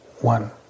one